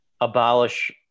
Abolish